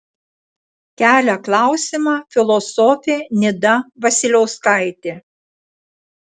kelia klausimą filosofė nida vasiliauskaitė